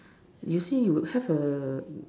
you see a you have a